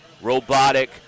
robotic